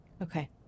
okay